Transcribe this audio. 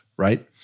right